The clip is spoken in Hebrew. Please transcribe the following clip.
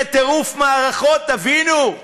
זה טירוף מערכות, תבינו.